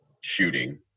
Shooting